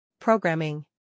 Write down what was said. Programming